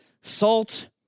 salt-